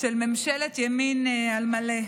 של ממשלת ימין על מלא.